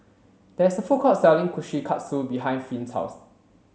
there is a food court selling Kushikatsu behind Finn's house